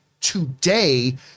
today